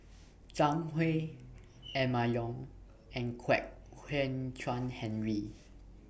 Zhang Hui Emma Yong and Kwek Hian Chuan Henry